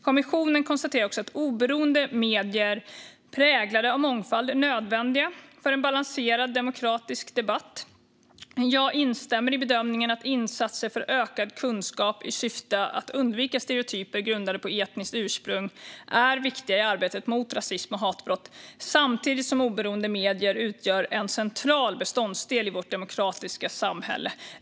Kommissionen konstaterar också att oberoende medier präglade av mångfald är nödvändiga för en balanserad demokratisk debatt. Jag instämmer i bedömningen att insatser för ökad kunskap i syfte att undvika stereotyper grundade på etniskt ursprung är viktiga i arbetet mot rasism och hatbrott, samtidigt som oberoende medier utgör en central beståndsdel i vårt demokratiska samhälle.